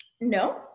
No